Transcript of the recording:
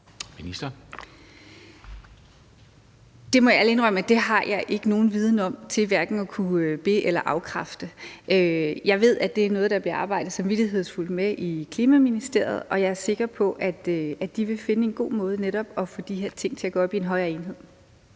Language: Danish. Det må jeg ærligt indrømme at jeg ikke har nogen viden om til hverken at kunne be- eller afkræfte. Jeg ved, at det er noget, der bliver arbejdet samvittighedsfuldt med i Klimaministeriet, og jeg er sikker på, at de vil finde en god måde til netop at få de her ting til at gå op i en højere enhed.